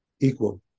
equal